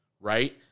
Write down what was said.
right